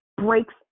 breaks